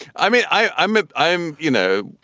i mean, i'm ah i'm you know,